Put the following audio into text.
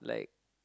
like